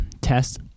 test